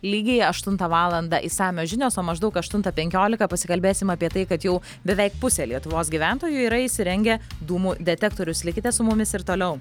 lygiai aštuntą valandą išsamios žinios o maždaug aštuntą penkiolika pasikalbėsim apie tai kad jau beveik pusė lietuvos gyventojų yra įsirengę dūmų detektorius likite su mumis ir toliau